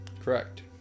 correct